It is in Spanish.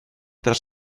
tras